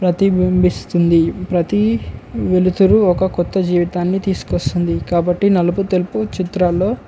ప్రతిబింబిస్తుంది ప్రతీ వెలుతురు ఒక క్రొత్త జీవితాన్ని తీసుకొస్తుంది కాబట్టి నలుపు తెలుపు చిత్రాల్లో